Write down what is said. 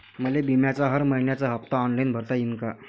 मले बिम्याचा हर मइन्याचा हप्ता ऑनलाईन भरता यीन का?